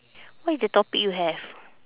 what is the topic you have